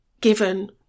given